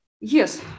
Yes